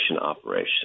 operation